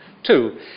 Two